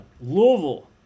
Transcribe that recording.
Louisville